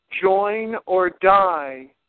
join-or-die